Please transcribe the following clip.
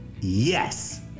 Yes